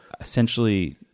essentially